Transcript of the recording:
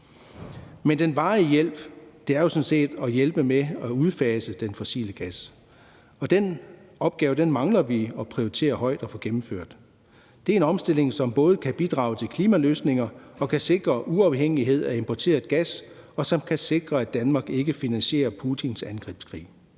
Men den varige hjælp er jo sådan set at hjælpe med at udfase den fossile gas. Den opgave mangler vi at prioritere højt at få gennemført. Det er en omstilling, som både kan bidrage til klimaløsninger, kan sikre uafhængighed af importeret gas og kan sikre, at Danmark ikke finansierer Putins angrebskrig.